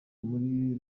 muri